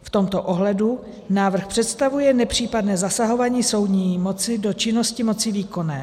V tomto ohledu návrh představuje nepřípadné zasahování soudní moci do činnosti moci výkonné.